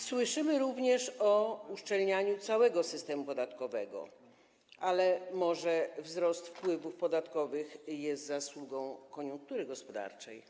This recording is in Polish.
Słyszymy również o uszczelnianiu całego systemu podatkowego, ale może wzrost wpływów podatkowych jest zasługą koniunktury gospodarczej?